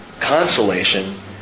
Consolation